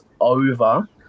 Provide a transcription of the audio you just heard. over